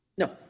No